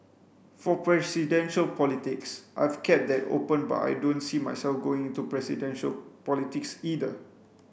for presidential politics I've kept that open but I don't see myself going into presidential politics either